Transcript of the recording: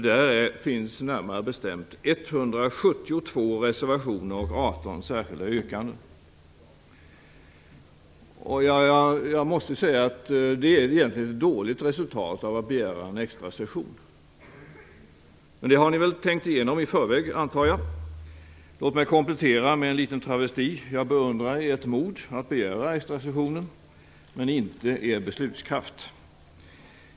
Där finns närmare bestämt 172 reservationer och 18 särskilda yrkanden. Det är egentligen ett dåligt resultat av att begära en extrasession. Men det har ni väl tänkt igenom i förväg, antar jag. Låt mig komplettera med en liten travesti: jag beundrar ert mod att begära extrasessionen, men inte er beslutskraft.